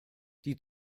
die